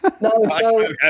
No